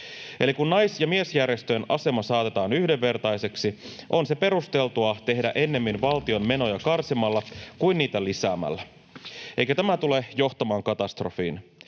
Eli kun nais- ja miesjärjestöjen asema saatetaan yhdenvertaiseksi, on se perusteltua tehdä ennemmin valtion menoja karsimalla kuin niitä lisäämällä. Eikä tämä tule johtamaan katastrofiin.